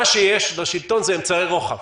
מה שיש לשלטון זה אמצעי רוחב.